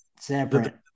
separate